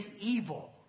evil